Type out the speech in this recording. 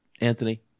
Anthony